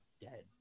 dead